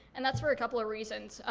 and that's for a couple of reasons.